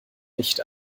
nicht